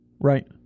right